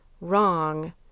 wrong